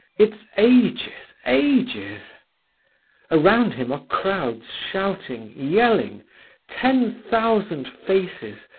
it's ages, ages around him are crowds shouting, yelling ten thousand faces,